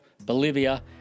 Bolivia